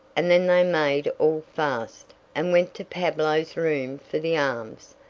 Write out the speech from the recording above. and then they made all fast, and went to pablo's room for the arms,